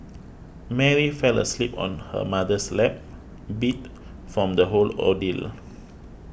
Mary fell asleep on her mother's lap beat from the whole ordeal